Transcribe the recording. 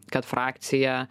kad frakcija